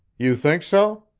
you think so?